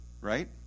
right